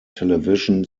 television